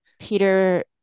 Peter